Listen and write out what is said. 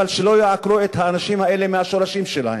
אבל שלא יעקרו את האנשים האלה מהשורשים שלהם,